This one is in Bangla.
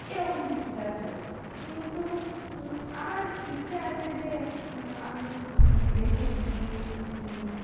এরকম কিছু জাতীয় কিন্তু আমার ইচ্ছে আছে যে আমি বিদেশে গিয়ে